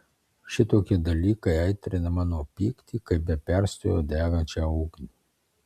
šitokie dalykai aitrina mano pyktį kaip be perstojo degančią ugnį